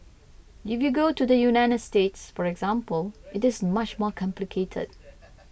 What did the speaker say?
if you go to the United States for example it is much more complicated